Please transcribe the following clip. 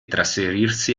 trasferirsi